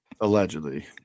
Allegedly